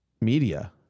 media